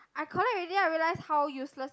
I collect already I realized how useless it